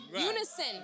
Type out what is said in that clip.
Unison